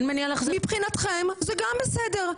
מבחינתכם זה גם בסדר.